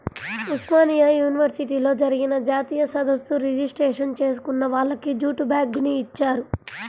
ఉస్మానియా యూనివర్సిటీలో జరిగిన జాతీయ సదస్సు రిజిస్ట్రేషన్ చేసుకున్న వాళ్లకి జూటు బ్యాగుని ఇచ్చారు